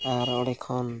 ᱟᱨ ᱚᱸᱰᱮ ᱠᱷᱚᱱ